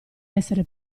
essere